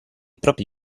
propri